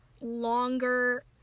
longer